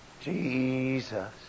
Jesus